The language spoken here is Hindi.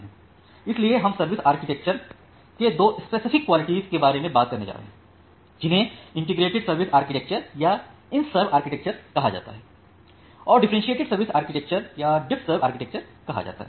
इसलिए हम सर्विस आर्किटेक्चर के दो स्पेसिफिक कालिटीज़ के बारे में बात करने जा रहे हैं जिन्हें इंटीग्रेटेड सर्विस आर्किटेक्चर या इंटसर्वआर्किटेक्चर कहा जाता है और डिफरेंटीएटेड सर्विस आर्किटेक्चर या डिफसर्व आर्किटेक्चर कहा जाता है